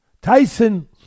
Tyson